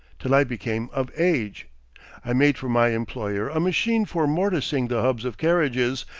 till i became of age i made for my employer a machine for mortising the hubs of carriages,